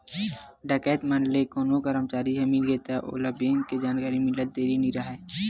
डकैत मन ले कोनो करमचारी ह मिलगे त ओला बेंक के जानकारी मिलत देरी नइ राहय